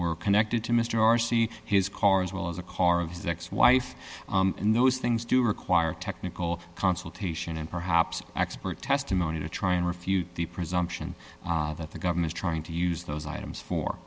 were connected to mr r c his car as well as a car of his ex wife in those things do require technical consultation and perhaps expert testimony to try and refute the presumption that the government's trying to use those items for